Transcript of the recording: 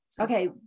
Okay